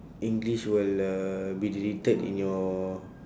english will uh be deleted in your